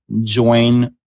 join